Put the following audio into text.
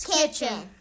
Kitchen